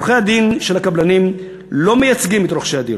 עורכי הדין של הקבלנים לא מייצגים את רוכשי הדירות.